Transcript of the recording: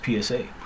PSA